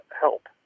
help